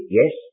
yes